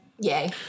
yay